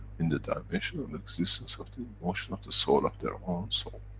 in the dimension of existence of the emotion of the soul of their own soul.